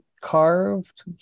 carved